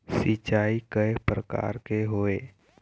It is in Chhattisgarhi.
सिचाई कय प्रकार के होये?